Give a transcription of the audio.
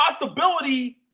possibility